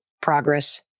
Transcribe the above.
progress